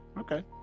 Okay